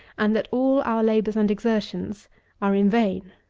and that all our labours and exertions are in vain.